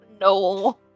No